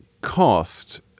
cost